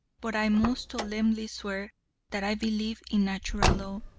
but i most solemnly swear that i believe in natural law,